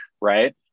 right